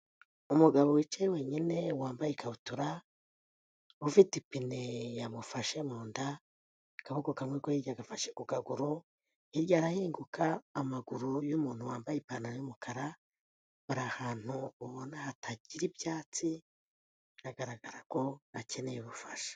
Umugabo wicaye wenyine wambaye ikabutura, ufite ipine yamufashe mu nda, akaboko kamwe ko hirya gafashe ku kagaguru hirya harahinguka amaguru y'umuntu wambaye ipantaro y'umukara, bari ahantu ubona hatagira ibyatsi, biragaragara ko akeneye ubufasha.